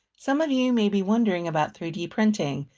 some of you may be wondering about three d printing.